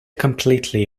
completely